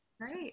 Great